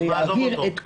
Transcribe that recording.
טוב, עזוב אותו.